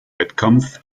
wettkampf